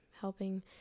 helping